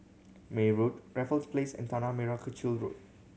May Road Raffles Place and Tanah Merah Kechil Road